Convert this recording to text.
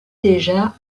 déjà